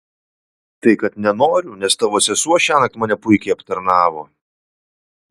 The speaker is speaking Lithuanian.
tai kad nenoriu nes tavo sesuo šiąnakt mane puikiai aptarnavo